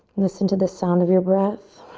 listen to the sound of your breath.